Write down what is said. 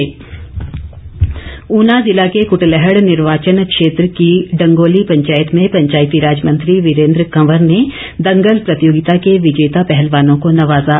वीरेन्द्र कंवर ऊना ज़िला के कुटलैहड़ निर्वाचन क्षेत्र की डंगोली पंचायत में पंचायतीराज मंत्री वीरेन्द्र कंवर ने दंगल प्रतियोगिता के विजेता पॅहलवानों को नवाजा